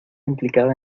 implicada